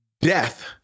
death